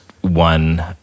one